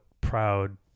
proud